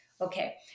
Okay